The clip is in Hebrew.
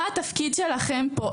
מה התפקיד שלכם פה?